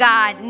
God